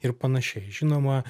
ir panašiai žinoma